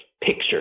picture